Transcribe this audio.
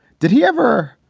did he ever.